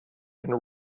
and